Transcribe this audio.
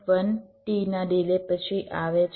1T ના delay પછી આવે છે